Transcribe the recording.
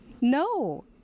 no